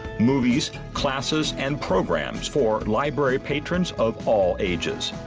movies, classes, and programs for library patrons of all ages.